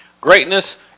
Greatness